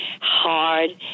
hard